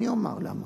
אני אומר למה.